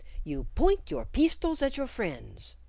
you point your peestols at your friends.